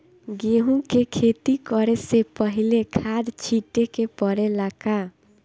गेहू के खेती करे से पहिले खाद छिटे के परेला का?